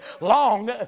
long